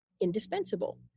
indispensable